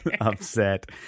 upset